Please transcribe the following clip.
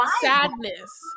Sadness